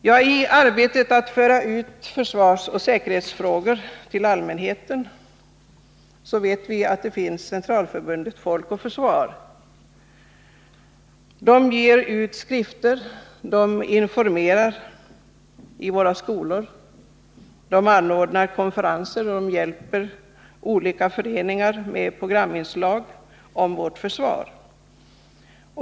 Med i arbetet att föra ut försvarsoch säkerhetsfrågorna till allmänheten finns Centralförbundet Folk och försvar. Det ger ut skrifter. informerar i våra skolor, anordnar konferenser och hjälper olika föreningar med programinslag om vårt försvar.